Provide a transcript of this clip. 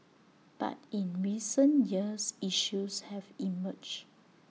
but in recent years issues have emerged